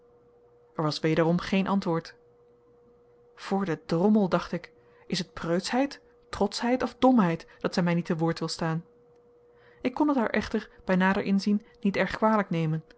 was wederom geen antwoord voor den drommel dacht ik is het preutschheid trotschheid of domheid dat zij mij niet te woord wil staan ik kon het haar echter bij nader inzien niet erg kwalijk nemen